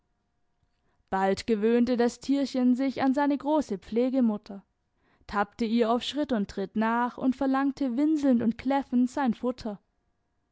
bald gewöhnte das tierchen sich an seine große pflegemutter tappte ihr auf schritt und tritt nach und verlangte winselnd und kläffend sein futter